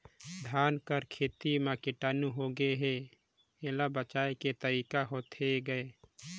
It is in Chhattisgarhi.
धान कर खेती म कीटाणु होगे हे एला बचाय के तरीका होथे गए?